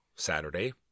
Saturday